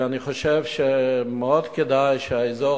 אני חושב שמאוד כדאי שבאזור,